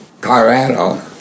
Colorado